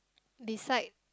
beside